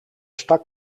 stak